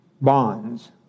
bonds